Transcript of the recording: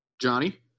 Johnny